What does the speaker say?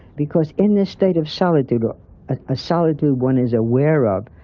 because in this state of solitude, a solitude one is aware of,